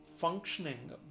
Functioning